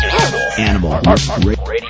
Animal